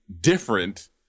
different